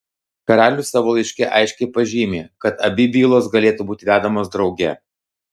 karalius savo laiške aiškiai pažymi kad abi bylos galėtų būti vedamos drauge